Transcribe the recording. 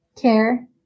care